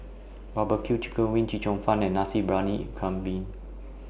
Barbecue Chicken Wings Chee Cheong Fun and Nasi Briyani Kambing